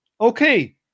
okay